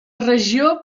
regió